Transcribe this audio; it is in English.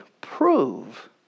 prove